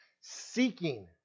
seeking